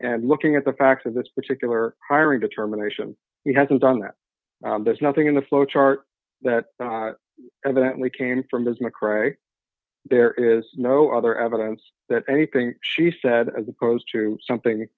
and looking at the facts of this particular hiring determination he hasn't done that there's nothing in the flow chart that evidently came from his mcrae there is no other evidence that anything she said as opposed to something